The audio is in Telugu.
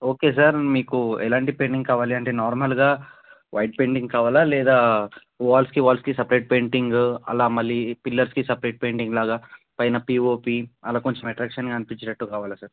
ఓకే సార్ మీకు ఎలాంటి పెయింటింగ్ కావాలి అంటే నార్మల్గా వైట్ పెయింటింగ్ కావాలా లేదా వాల్స్కి వాల్స్కి సపరేట్ పెయింటింగు అలా మళ్ళీ పిల్లర్స్కి సెపరేట్ పెయింటింగ్లాగా పైన పీఓపీ అలా కొంచెం అట్రాక్షన్గా అనిపించేటట్టు కావాలా సార్